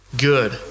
good